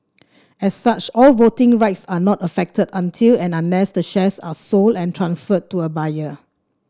as such all voting rights are not affected until and unless the shares are sold and transferred to a buyer